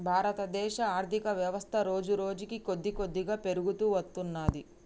భారతదేశ ఆర్ధికవ్యవస్థ రోజురోజుకీ కొద్దికొద్దిగా పెరుగుతూ వత్తున్నది